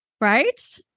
Right